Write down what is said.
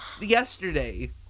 yesterday